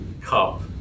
cup